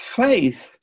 faith